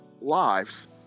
lives